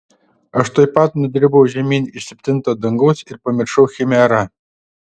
aš tuoj pat nudribau žemyn iš septinto dangaus ir pamiršau chimerą